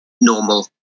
normal